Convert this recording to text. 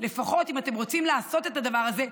לפחות אם אתם רוצים לעשות את הדבר הזה,